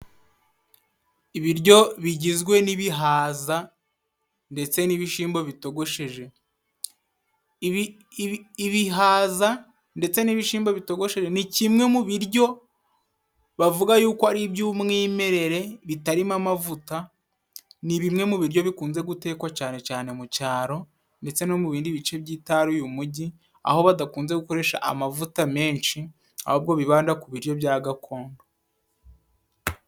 Ibiryo bigizwe n'ibihaza ndetse n'ibishimbo bitogosheje ibihaza ndetse n'ibishimbo bitogosheje ni kimwe mu biryo bavuga yuko ari iby'umwimerere bitarimo amavuta ni bimwe mu biryo bikunze gutekwa cane cane mu caro ndetse no mu bindi bice by'itaruyu mujyi aho badakunze gukoresha amavuta menshi ahubwo bibanda ku biryo bya gakondo.